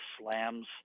slams